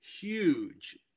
huge